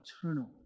eternal